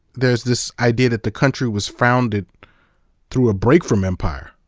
there's this idea that the country was founded through a break from empire,